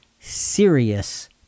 serious